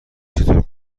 چطور